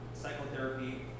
psychotherapy